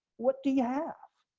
what do you have